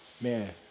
man